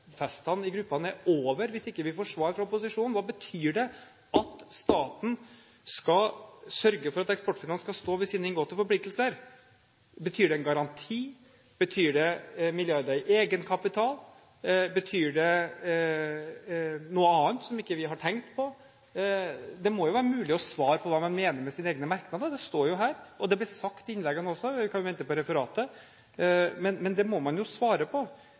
julefestene i gruppene er over, hvis vi ikke får svar fra opposisjonen: Hva betyr det at staten skal sørge for at Eksportfinans skal stå ved sine inngåtte forpliktelser? Betyr det en garanti? Betyr det milliarder i egenkapital? Betyr det noe annet som vi ikke har tenkt på? Det må jo være mulig å svare på hva man mener med sine egne merknader, det står jo her, og det ble sagt i innleggene også – vi kan vente på referatet. Men det må man jo svare på.